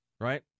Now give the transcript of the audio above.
right